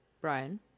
Brian